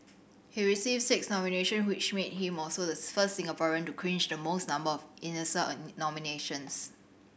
he received six nomination which made him also the first Singaporean to clinch the most number of Eisner nominations